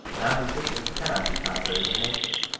non-resistance can not be contrary to nature.